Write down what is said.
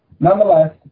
Nonetheless